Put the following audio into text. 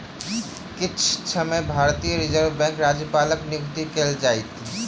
किछ समय में भारतीय रिज़र्व बैंकक राज्यपालक नियुक्ति कएल जाइत